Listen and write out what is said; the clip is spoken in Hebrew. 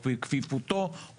או כפיפותו,